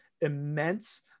immense